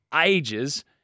ages